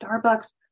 Starbucks